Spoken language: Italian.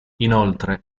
inoltre